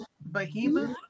Behemoth